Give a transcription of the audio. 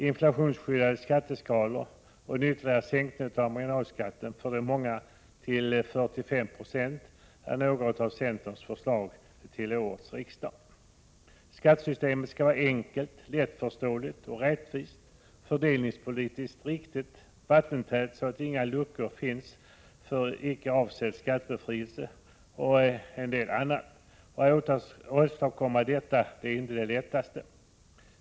Inflationsskyddade skatteskalor och en ytterligare sänkning av marginalskatten för de många till 45 26 är några av centerns förslag till årets riksdag. Skattesystemet skall vara enkelt, lättförståeligt, rättvist, fördelningspolitiskt riktigt, vattentätt, så att inga luckor finns för icke avsedd skattebefrielse och en del annat. Att åstadkomma detta är inte det lättaste.